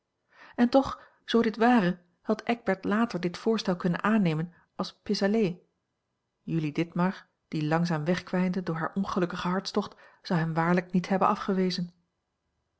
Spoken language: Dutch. en toch zoo dit ware had eckbert later dit voorstel kunnen aannemen als pisaller julie ditmar die langzaam wegkwijnde door haar ongelukkigen hartstocht zou hem waarlijk niet hebben afgewezen